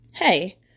Hey